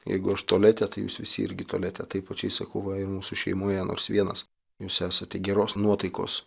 jeigu aš tualete tai jūs visi irgi tualete taip pačiai sakau va ir mūsų šeimoje nors vienas jūs esate geros nuotaikos